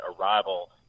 arrival